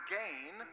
gain